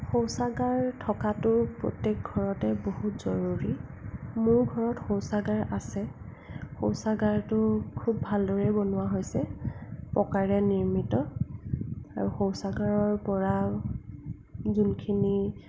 শৌচাগাৰ থকাটো প্ৰত্যেক ঘৰতে বহুত জৰুৰী মোৰ ঘৰত শৌচাগাৰ আছে শৌচাগাৰটো খুব ভালদৰে বনোৱা হৈছে পকাৰে নিৰ্মিত আৰু শৌচাগাৰৰ পৰা যোনখিনি